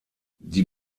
die